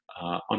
on